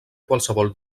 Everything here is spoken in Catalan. qualsevol